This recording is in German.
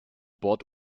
bord